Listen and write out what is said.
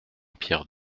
pierre